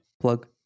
plug